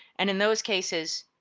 and in those cases,